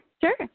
Sure